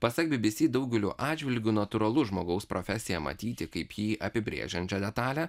pasak bbc daugeliu atžvilgių natūralus žmogaus profesiją matyti kaip jį apibrėžiančią detalę